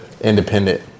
Independent